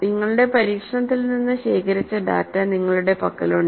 നിങ്ങളുടെ പരീക്ഷണത്തിൽ നിന്ന് ശേഖരിച്ച ഡാറ്റ നിങ്ങളുടെ പക്കലുണ്ട്